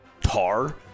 tar